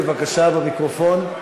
בבקשה,